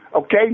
okay